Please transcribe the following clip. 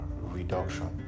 reduction